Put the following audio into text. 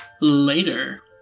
later